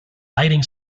lighting